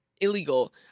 Illegal